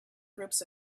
groups